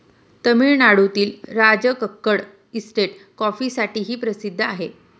तामिळनाडूतील राजकक्कड इस्टेट कॉफीसाठीही प्रसिद्ध आहे